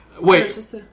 Wait